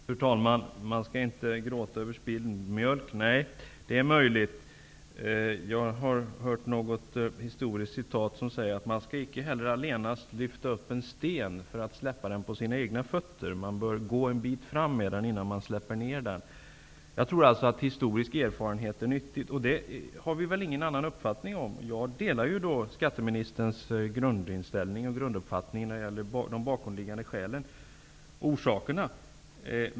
Fru talman! Man skall inte gråta över spilld mjölk, säger statsrådet. Nej, det är möjligt. Jag har hört ett talesätt som lyder: Man skall icke allenast lyfta upp en sten för att släppa den på sina egna fötter. Man bör gå en bit fram med den innan man släpper ner den. Jag tror att historisk erfarenhet är nyttigt. Där har vi inte olika uppfattningar. Jag delar skatteministerns grunduppfattning när det gäller de bakomliggande orsakerna.